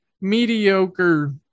mediocre